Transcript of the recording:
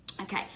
Okay